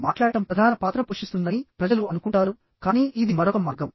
మాట్లాడటం ప్రధాన పాత్ర పోషిస్తుందని ప్రజలు అనుకుంటారు కానీ ఇది మరొక మార్గం